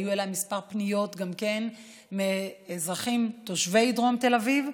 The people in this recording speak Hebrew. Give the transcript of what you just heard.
היו אליי כמה פניות גם כן מאזרחים תושבי דרום תל אביב,